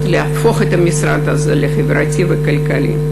להפוך את המשרד הזה לחברתי ולכלכלי.